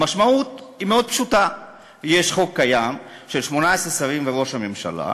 המשמעות היא מאוד פשוטה: יש חוק קיים של 18 שרים וראש ממשלה,